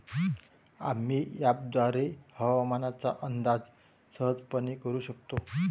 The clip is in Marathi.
आम्ही अँपपद्वारे हवामानाचा अंदाज सहजपणे करू शकतो